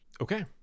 Okay